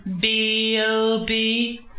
B-O-B